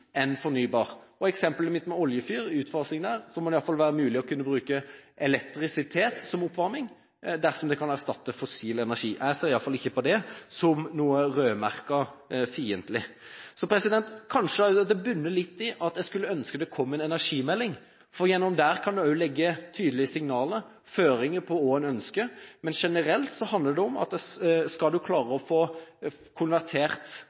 enn fornybar. Når det gjelder eksemplet mitt med oljefyr, utfasing der, må det i alle fall være mulig å bruke elektrisitet som oppvarming, dersom det kan erstatte fossil energi. Jeg ser i alle fall ikke på det som noe rødmerket, noe fiendtlig. Så kanskje det bunner litt i at jeg skulle ønske det kom en energimelding, for gjennom den kan en legge tydelige signaler, føringer, på hva en ønsker. Men generelt handler det om at skal en klare å få konvertert